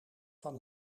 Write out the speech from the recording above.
van